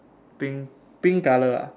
pink pink colour ah